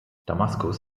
damaskus